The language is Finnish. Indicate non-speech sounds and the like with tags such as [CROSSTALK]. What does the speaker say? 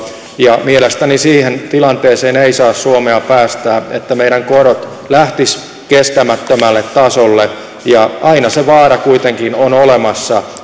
ja mielestäni siihen tilanteeseen ei saa suomea päästää että meidän korot lähtisivät kestämättömälle tasolle aina se vaara kuitenkin on olemassa [UNINTELLIGIBLE]